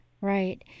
Right